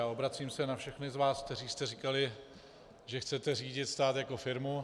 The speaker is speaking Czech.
Obracím se na všechny z vás, kteří jste říkali, že chcete řídit stát jako firmu.